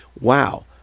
wow